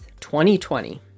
2020